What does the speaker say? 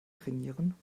trainieren